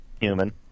human